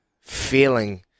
feeling